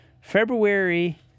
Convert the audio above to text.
February